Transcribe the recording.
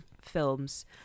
films